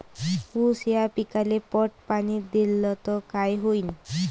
ऊस या पिकाले पट पाणी देल्ल तर काय होईन?